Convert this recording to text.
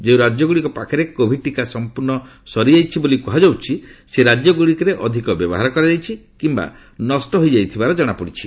ଯେଉଁ ରାଜ୍ୟଗୁଡ଼ିକ ପାଖରେ କୋଭିଡ ଟିକା ସଂପର୍ଣ୍ଣ ସରିଯାଇଛି ସେହି ରାଜ୍ୟଗୁଡ଼ିକରେ ଅଧିକ ବ୍ୟବହାର କରାଯାଇଛି କିମ୍ବା ନଷ୍ଟ ହୋଇଯାଇଥିବାର ଜଣାପଡ଼ୁଛି